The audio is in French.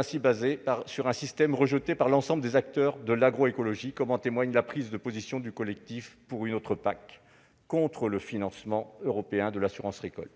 fondée sur un système rejeté par l'ensemble des acteurs de l'agroécologie, comme en témoigne la prise de position du collectif Pour une autre PAC contre le financement européen de l'assurance récolte.